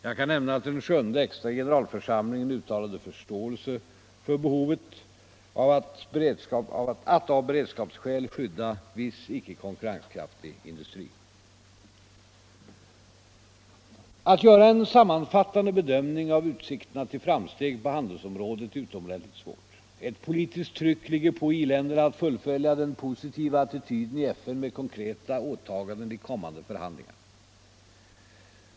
Jag kan nämna att den sjunde extra generalförsamlingen uttalade förståelse för behovet att av beredskapsskäl skydda viss icke-konkurrenskraftig industri. Att göra en sammanfattande bedömning av utsikterna till framsteg på handelsområdet är utomordentligt svårt. Ett politiskt tryck ligger på i-länderna att fullfölja den positiva attityden i FN med konkreta åtaganden i kommande förhandlingar.